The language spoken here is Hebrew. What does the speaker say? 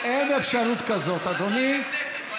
אין אפשרות כזאת, אדוני.